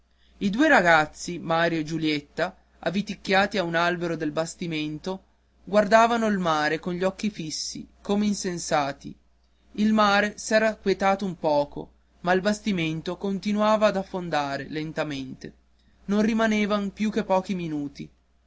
i due ragazzi mario e giulietta avviticchiati a un albero del bastimento guardavano il mare con gli occhi fissi come insensati il mare s'era quetato un poco ma il bastimento continuava a affondare lentamente non rimanevan più che pochi minuti